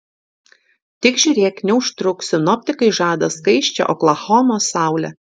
tik žiūrėk neužtruk sinoptikai žada skaisčią oklahomos saulę